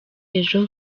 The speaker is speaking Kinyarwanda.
ejo